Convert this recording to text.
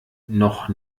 noch